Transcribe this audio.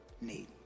need